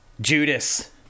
Judas